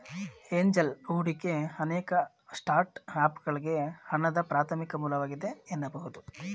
angel ಹೂಡಿಕೆ ಅನೇಕ ಸ್ಟಾರ್ಟ್ಅಪ್ಗಳ್ಗೆ ಹಣದ ಪ್ರಾಥಮಿಕ ಮೂಲವಾಗಿದೆ ಎನ್ನಬಹುದು